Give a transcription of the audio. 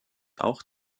auch